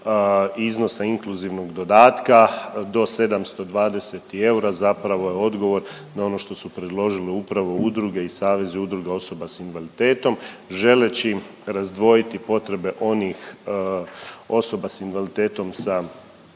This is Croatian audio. iznosa inkluzivnog dodatka do 720 eura zapravo je odgovor na ono što su predložile upravo udruge i savezi udruga osoba s invaliditetom, želeći im razdvojiti potrebe onih osoba s invaliditetom sa